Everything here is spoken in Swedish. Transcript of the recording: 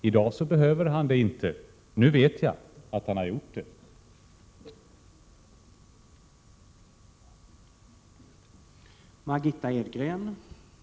I dag behöver han inte göra det — nu vet jag att han har ändrat uppfattning.